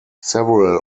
several